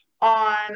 on